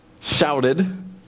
shouted